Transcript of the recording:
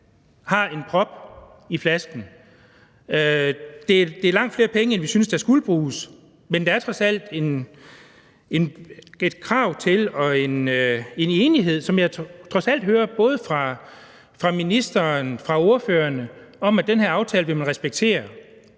har en prop i flasken. Det er langt flere penge, end vi synes der skulle bruges, men der er trods alt et krav og en enighed, som jeg trods alt hører både fra ministeren og fra ordførernes side, om, at man vil respektere